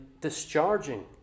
discharging